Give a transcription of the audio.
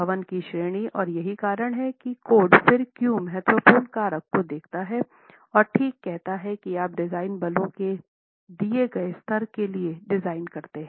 भवन की श्रेणी और यही कारण है कोड फिर क्यों महत्वपूर्ण कारक को देखता है और ठीक कहता है आप डिजाइन बल के दिए गए स्तर के लिए डिज़ाइन करते हैं